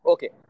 Okay